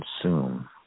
consume